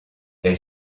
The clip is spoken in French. elle